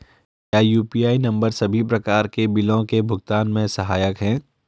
क्या UPI number सभी प्रकार के बिलों के भुगतान में सहायक हैं?